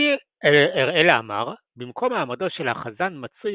ע"פ אראלה עמר במקום מעמדו של החזן מצוי